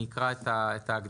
אני אקרא את ההגדרה.